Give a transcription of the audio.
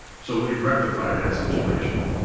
so we've rectified that situation.